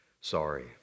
sorry